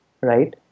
Right